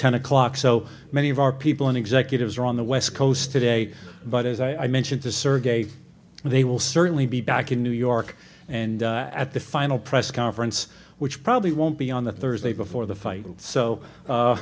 ten o'clock so many of our people in executives are on the west coast today but as i mentioned the surrogate they will certainly be back in new york and at the final press conference which probably won't be on the thursday before the fight so